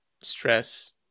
stress